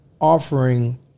offering